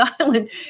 island